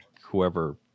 whoever